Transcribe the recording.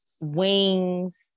wings